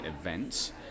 events